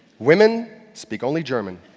women speak only german.